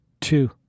TWO